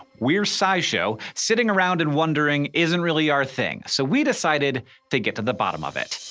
we're scishow. sitting around in wondering isn't really our thing. so we decided to get to the bottom of it.